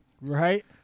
Right